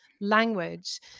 language